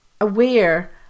aware